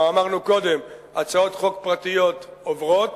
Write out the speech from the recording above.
כבר אמרנו קודם: הצעות חוק פרטיות עוברות,